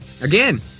again